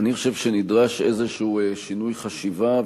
אני חושב שנדרש איזשהו שינוי חשיבה,